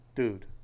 Dude